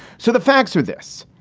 so the facts are this.